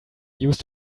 used